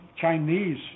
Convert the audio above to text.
Chinese